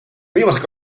viimased